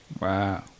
Wow